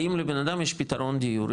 האם לבן אדם יש פתרון דיור.